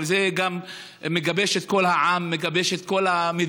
אבל זה גם מגבש את כל העם, מגבש את כל המדינות,